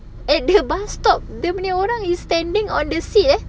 at the bus stop dia punya orang is standing on the seat eh